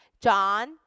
John